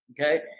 Okay